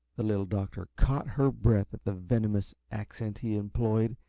the little doctor caught her breath at the venomous accent he employed,